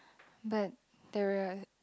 but there are